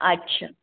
अच्छा